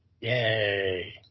Yay